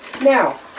Now